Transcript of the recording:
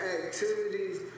activities